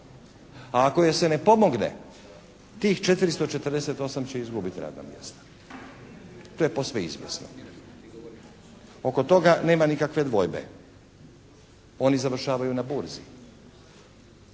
a ako joj se ne pomogne, tih 448 će izgubiti radna mjesta. To je posve izvjesno. Oko toga nema nikakve dvojbe. Oni završavaju na burzi.